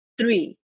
Three